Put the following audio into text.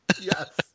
Yes